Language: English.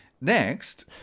Next